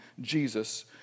Jesus